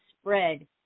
spread